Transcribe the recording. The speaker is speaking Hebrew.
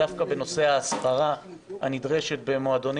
דווקא בנושא ההסברה הנדרשת במועדונים,